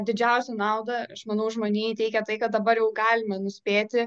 didžiausią naudą aš manau žmonijai teikia tai kad dabar jau galime nuspėti